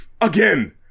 again